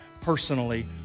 personally